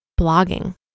Blogging